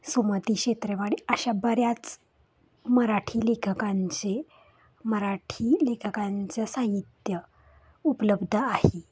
सुमती शेत्रवाड अशा बऱ्याच मराठी लेखकांचे मराठी लेखकांचं साहित्य उपलब्ध आहे